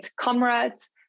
comrades